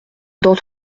dans